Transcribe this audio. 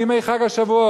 בימי חג השבועות,